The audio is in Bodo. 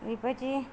ओरैबायदि